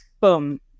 boom